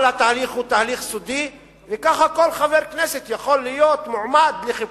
כל התהליך הוא תהליך סודי וכך כל חבר כנסת יכול להיות מועמד לחיפוש.